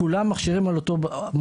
כולם מוכשרים על אותו בסיס.